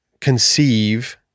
conceive